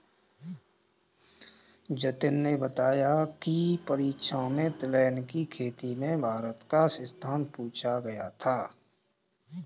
जतिन ने बताया की परीक्षा में तिलहन की खेती में भारत का स्थान पूछा गया था